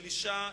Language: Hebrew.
של אשה,